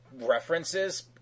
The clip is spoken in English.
references